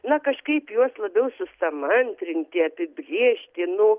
na kažkaip juos labiau susamantrinti apibrėžti nu